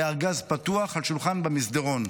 בארגז פתוח על שולחן במסדרון,